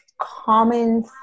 common